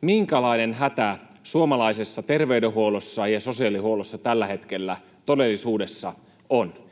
minkälainen hätä suomalaisessa terveydenhuollossa ja sosiaalihuollossa tällä hetkellä todellisuudessa on.